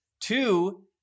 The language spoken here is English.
Two